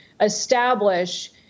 establish